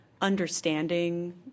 understanding